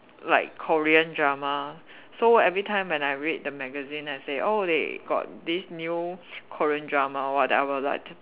like Korean drama so every time when I read the magazine I say oh they got this new Korean drama or what then I will like